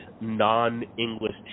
non-English